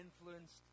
influenced